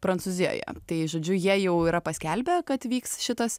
prancūzijoje tai žodžiu jie jau yra paskelbę kad vyks šitas